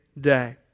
day